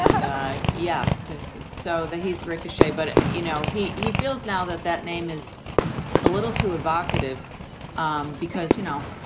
yes, it is so that his ricochet. but, you know, he he feels now that that name is a little too evocative um because, you know,